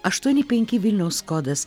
aštuoni penki vilniaus kodas